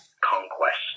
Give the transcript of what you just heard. Conquest